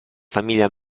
famiglia